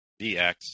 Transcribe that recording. DX